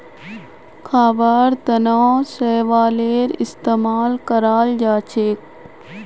खाबार तनों शैवालेर इस्तेमाल कराल जाछेक